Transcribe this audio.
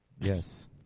Yes